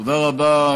תודה רבה.